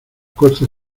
costa